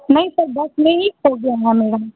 नहीं sir bus में ही खो गया मालूम नहीं